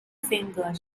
finger